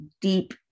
deep